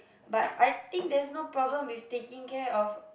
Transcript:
but I think there's no problem with taking care of